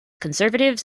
conservatives